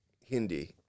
Hindi